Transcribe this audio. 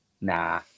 nah